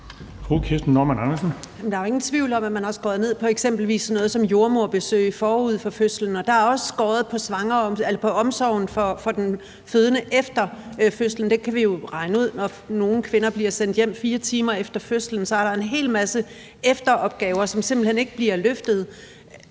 Der er jo ingen tvivl om, at man har skåret ned på eksempelvis sådan noget som jordemoderbesøg forud for fødslen, og der er også skåret ned på omsorgen for den fødende efter fødslen. Det kan vi jo regne ud. Når nogle kvinder bliver sendt hjem 4 timer efter fødslen, er der en hel masse efteropgaver, som simpelt hen ikke bliver løftet.